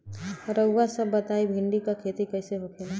रउआ सभ बताई भिंडी क खेती कईसे होखेला?